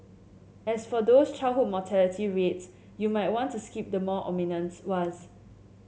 as for those childhood reads you might want to skip the more ominous ones